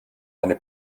eine